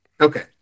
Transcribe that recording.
Okay